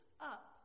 up